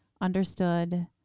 understood